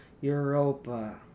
Europa